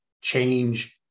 change